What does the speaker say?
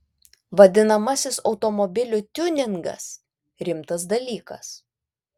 vadinamasis automobilių tiuningas rimtas dalykas